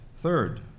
Third